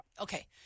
Okay